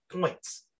points